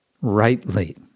rightly